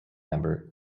member